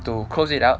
to close it up